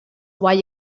why